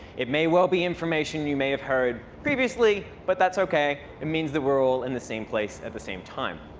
it may well be information you may have heard previously, but that's ok. it means that we're all in the same place at the same time.